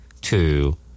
two